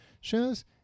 shows